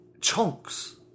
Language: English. chunks